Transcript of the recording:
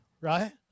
right